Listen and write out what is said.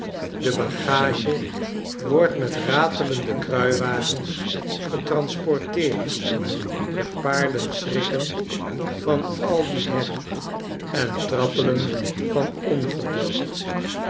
de bagage wordt met ratelende kruiwagens getransporteerd de paarden schrikken van al die herrie en trappelen van ongeduld